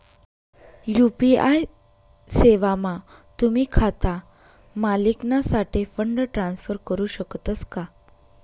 UPI सेवामा तुम्ही खाता मालिकनासाठे फंड ट्रान्सफर करू शकतस का